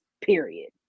period